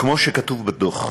כמו שכתוב בדוח,